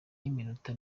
y’iminota